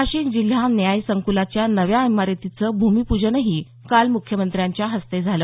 नाशिक जिल्हा न्याय संकूलाच्या नव्या इमारतीचं भूमिपूजनही काल मुख्यमंत्र्यांच्या हस्ते झालं